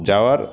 যাওয়ার